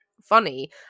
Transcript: funny